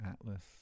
Atlas